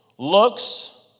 Looks